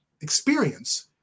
experience